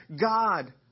God